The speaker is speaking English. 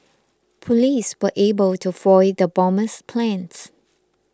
police were able to foil the bomber's plans